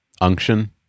unction